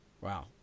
Wow